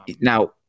Now